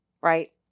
right